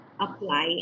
apply